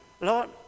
Lord